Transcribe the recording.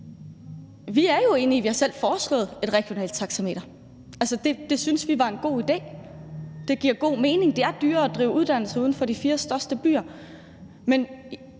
vi er jo enige i det, og vi har selv foreslået et regionalt taxameter. Altså, det syntes vi var en god idé. Det giver god mening; det er dyrere at drive uddannelser uden for de fire største byer.